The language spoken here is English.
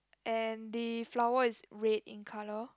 and the flower is red in colour